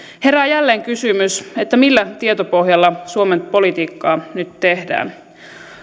herää jälleen kysymys millä tietopohjalla suomen politiikkaa nyt tehdään